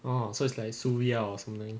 oh so it's like suria or something